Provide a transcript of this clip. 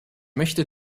möchte